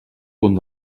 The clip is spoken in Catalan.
punt